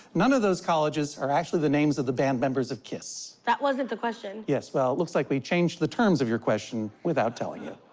none of those colleges are actually the names of the band members of kiss. that wasn't the question. yes, well, looks like we changed the terms of your question without telling you.